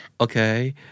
Okay